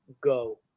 go